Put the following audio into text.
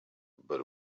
but